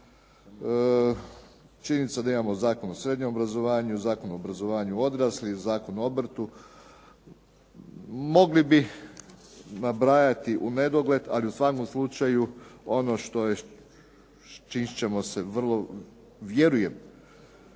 činjenica da imamo Zakon o srednjem obrazovanju, Zakon o obrazovanju odraslih, Zakon o obrtu. Mogli bi nabrajati u nedogled, ali u svakom slučaju ono s čim smo se i vjerujem